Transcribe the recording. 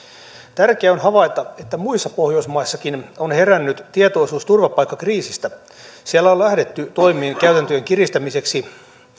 tärkeää on havaita että muissakin pohjoismaissa on herännyt tietoisuus turvapaikkakriisistä siellä on lähdetty toimiin käytäntöjen kiristämiseksi